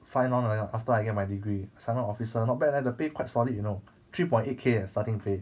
sign on 来 liao after I get my degree sign on officer not bad leh the pay quite solid you know three point eight K leh starting pay